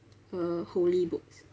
uh holy books